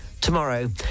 tomorrow